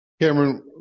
Cameron